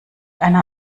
einer